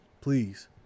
please